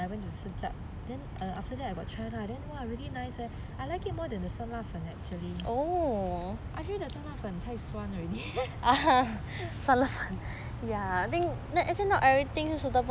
I went to search up then after that I got try lah !wah! really nice eh I like it more than the 酸辣粉 actually I feel the 酸辣粉太酸 already